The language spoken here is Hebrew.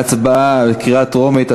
להצבעה בקריאה טרומית,